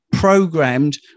programmed